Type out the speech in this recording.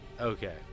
Okay